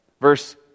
verse